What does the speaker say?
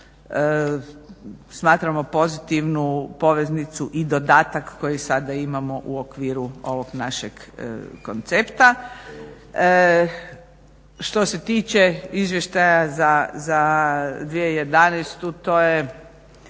smatramo pozitivnu poveznicu i dodatak koji sada imamo u okviru ovog našeg koncepta. Što se tiče izvještaja za 2011. to je